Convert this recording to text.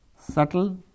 Subtle